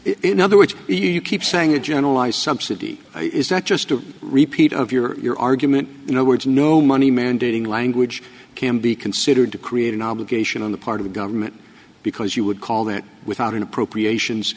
in other words you keep saying a generalized subsidy is that just a repeat of your argument no words no money mandating language can be considered to create an obligation on the part of government because you would call that without an appropriations